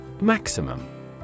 Maximum